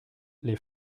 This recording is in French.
les